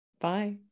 Bye